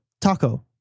taco